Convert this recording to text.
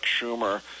Schumer